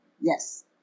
Yes